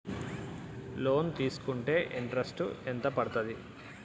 Loan తీస్కుంటే interest ఎంత పడ్తది?